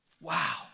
Wow